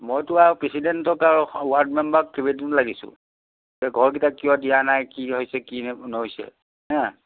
মইতো আৰু প্ৰেছিডেণ্ট আৰু ৱাৰ্ড মেম্বাৰক কেইবাদিনো লাগিছোঁ ঘৰকেইটা কিয় দিয়া নাই কি হৈছে কি নহৈছে হা